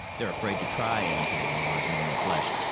they're afraid to try anything on mars-normal flesh.